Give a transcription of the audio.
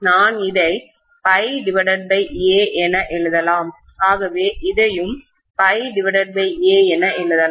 இதை நான் ∅A என எழுதலாம்